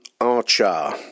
Archer